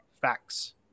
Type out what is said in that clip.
facts